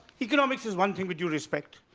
economics is one thing with due respect,